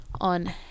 on